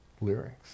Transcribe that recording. lyrics